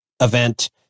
event